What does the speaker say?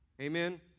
Amen